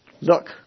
Look